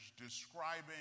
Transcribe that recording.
describing